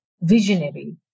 visionary